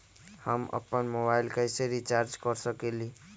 हम अपन मोबाइल कैसे रिचार्ज कर सकेली?